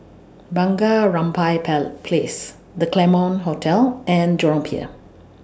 Bunga Rampai pair Place The Claremont Hotel and Jurong Pier